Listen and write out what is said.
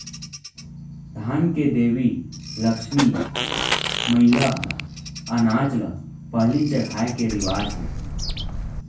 धन के देवी लक्छमी मईला ल अनाज ल पहिली चघाए के रिवाज हे